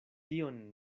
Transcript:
tion